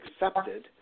accepted